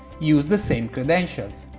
use the same credentials.